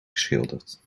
geschilderd